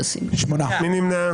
מי נמנע?